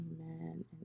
amen